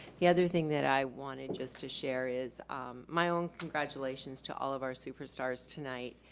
the other thing that i wanted just to share is my own congratulations to all of our superstars tonight,